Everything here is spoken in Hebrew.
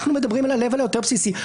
אנחנו מדברים על הלבל היותר בסיסי.